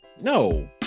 No